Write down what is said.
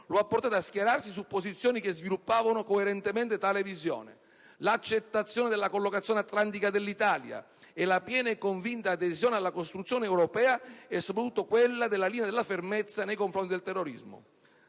lo ha portato a schierarsi su posizioni che sviluppavano coerentemente tale visione: l'accettazione della collocazione atlantica dell'Italia e la piena e convinta adesione alla costruzione europea e soprattutto quelle della linea della fermezza nei confronti del terrorismo.